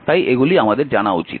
তাই এগুলি আমাদের জানা উচিত